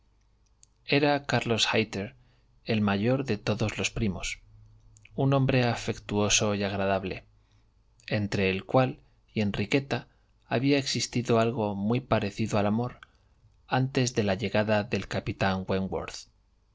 era carlos hayter el mayor de todos los primos un hombre afectuoso y agradable entre el cual y enriqueta había existido algo muy parecido al amor antes de la llegada del capitán